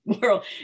world